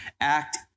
Act